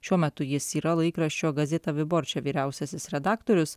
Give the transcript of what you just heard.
šiuo metu jis yra laikraščio gazeta viborše vyriausiasis redaktorius